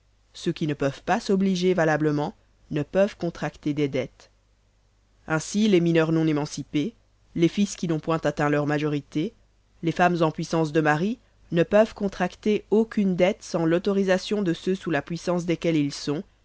ceux qui ne peuvent pas s'obliger valablement ne peuvent contracter des dettes ainsi les mineurs non émancipés les fils qui n'ont point atteint leur majorité les femmes en puissance de maris ne peuvent contracter aucunes dettes sans l'autorisation de ceux sous la puissance desquels ils sont